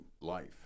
life